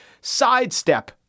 sidestep